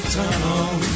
town